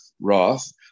Roth